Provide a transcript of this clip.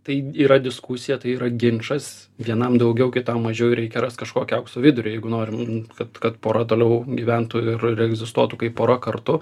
tai yra diskusija tai yra ginčas vienam daugiau kitam mažiau reikia rast kažkokį aukso vidurį jeigu norim kad kad pora toliau gyventų ir egzistuotų kaip pora kartu